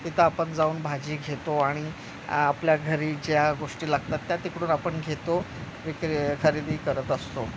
तिथं आपण जाऊन भाजी घेतो आणि आपल्या घरी ज्या गोष्टी लागतात त्या तिकडून आपण घेतो विक्री खरेदी करत असतो